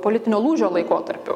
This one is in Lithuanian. politinio lūžio laikotarpiu